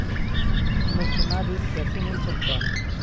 हमें सोना ऋण कैसे मिल सकता है?